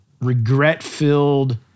regret-filled